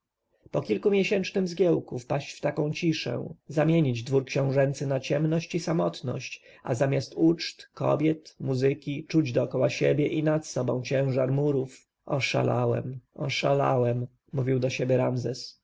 po kilkumiesięcznym zgiełku wpaść w taką ciszę zamienić dwór książęcy na ciemność i samotność a zamiast uczt kobiet muzyki czuć dokoła siebie i nad sobą ciężar murów oszalałem oszalałem mówił do siebie ramzes